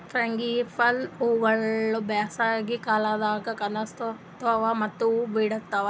frangipani ಹೂವುಗೊಳ್ ಬ್ಯಾಸಗಿ ಕಾಲದಾಗ್ ಕನುಸ್ಕೋತಾವ್ ಮತ್ತ ಹೂ ಬಿಡ್ತಾವ್